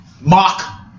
Mock